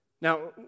Now